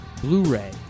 Blu-ray